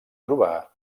trobar